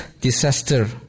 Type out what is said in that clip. disaster